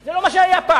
זה לא מה שהיה פעם.